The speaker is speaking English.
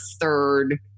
third